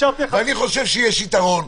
הקשבתי לך --- אני חושב שיש יתרון,